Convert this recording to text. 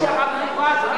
יש עוד קריטריון,